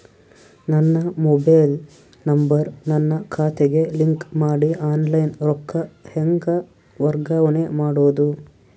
ನನ್ನ mobile number ನನ್ನ ಖಾತೆಗೆ ಲಿಂಕ್ ಮಾಡಿ ಆನ್ಲೈನ್ ರೊಕ್ಕ ಹೆಂಗ ವರ್ಗಾವಣೆ ಮಾಡೋದು?